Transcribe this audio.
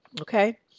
Okay